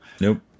nope